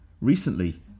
recently